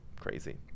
Crazy